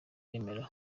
bemera